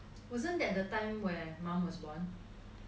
wasn't that the time that mom was born